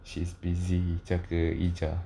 she's busy jaga ija